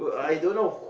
hopefully